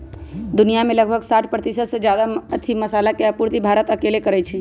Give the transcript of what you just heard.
दुनिया में लगभग साठ परतिशत से जादा मसाला के आपूर्ति भारत अकेले करई छई